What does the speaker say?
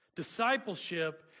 Discipleship